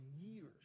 years